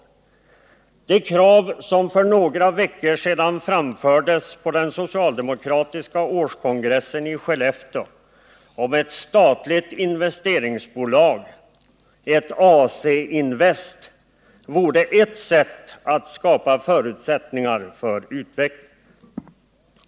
Ett tillmötesgående av det krav som för några veckor sedan framfördes på den socialdemokratiska årskongressen i Skellefteå på inrättande av ett statligt investeringsbolag, AC-Invest, vore ett sätt att skapa förutsättningar för utveckling.